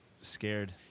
scared